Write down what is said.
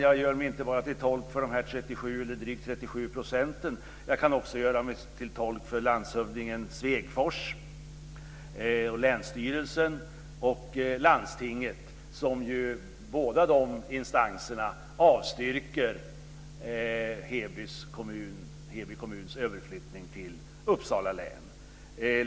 Jag gör mig inte bara till tolk för de här 37 procenten. Jag kan också göra mig till tolk för landshövding Svegfors och för länsstyrelsen och landstinget som avstyrker Heby kommuns överflyttning till Uppsala län.